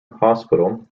hospital